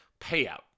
payout